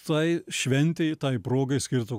tai šventei tai progai skirto